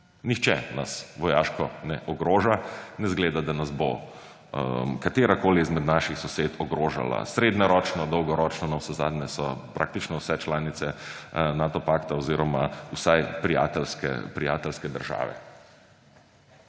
Nihče nas vojaško ne ogroža. Ne izgleda, da nas bo katerakoli izmed naših sosed ogrožala: srednjeročno, dolgoročno, navsezadnje so praktično vse članice Nato pakta oziroma vsaj prijateljske države.